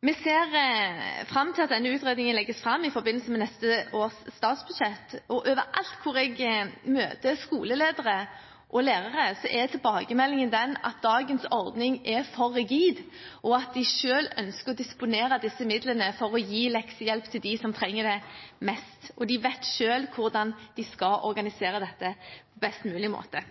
Vi ser fram til at denne utredningen legges fram i forbindelse med neste års statsbudsjett. Overalt hvor jeg møter skoleledere og lærere, er tilbakemeldingen at dagens ordning er for rigid, og at de selv ønsker å disponere disse midlene for å gi leksehjelp til dem som trenger det mest. De vet selv hvordan de skal organisere dette på best mulig måte.